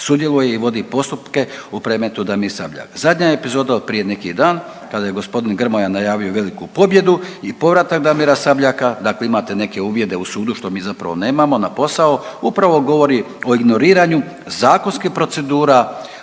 sudjeluje i vodi postupke u predmetu Damir Sabljak. Zadnja epizoda od prije neki dan kada je g. Grmoja najavio veliku pobjedu i povratak Damira Sabljaka, dakle imate neke uvide u sudu što mi zapravo nemamo, na posao upravo govori o ignoriranju zakonskih procedura